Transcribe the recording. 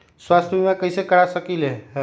स्वाथ्य बीमा कैसे करा सकीले है?